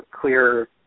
clear